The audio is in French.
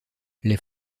les